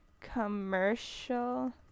Commercial